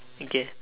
okay